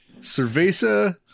Cerveza